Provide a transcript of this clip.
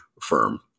firm